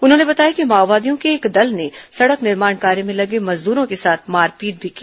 उन्होंने बताया कि माओवादियों के एक दल ने सड़क निर्माण कार्य में लगे मजद्रों के साथ मारपीट भी की